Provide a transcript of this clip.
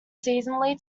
seasonally